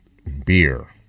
Beer